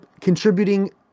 contributing